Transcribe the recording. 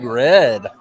red